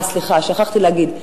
אה, סליחה, שכחתי להגיד.